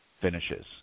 finishes